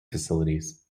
facilities